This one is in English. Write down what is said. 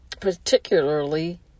particularly